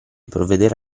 provvedere